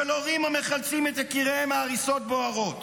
של הורים המחלצים את יקיריהם מהריסות בוערות